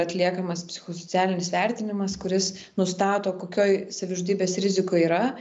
atliekamas psichosocialinis vertinimas kuris nustato kokioj savižudybės rizikoj yra